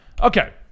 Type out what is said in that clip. okay